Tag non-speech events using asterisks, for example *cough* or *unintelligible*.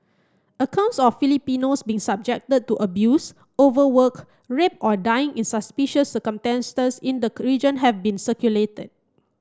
accounts of Filipinos being subjected to abuse overwork rape or dying in suspicious circumstances in the *unintelligible* region have been circulated